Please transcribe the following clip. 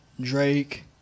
drake